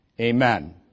Amen